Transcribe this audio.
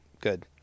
Good